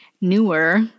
newer